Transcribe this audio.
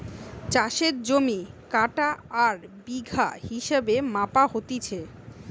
চাষের জমি কাঠা আর বিঘা হিসেবে মাপা হতিছে